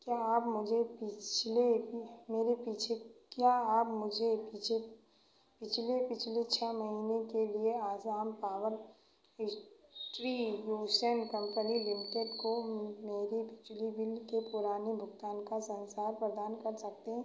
क्या आप मुझे पिछले मेरे पीछे क्या आप मुझे पीछे पिछले पिछले छः महीने के लिए Assam power distribution company limited को मेरे बिजली बिल के पुराने भुगतान का सांसार प्रदान कर सकते हैं